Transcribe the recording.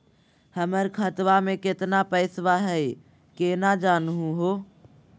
हमर खतवा मे केतना पैसवा हई, केना जानहु हो?